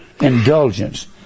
indulgence